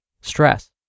stress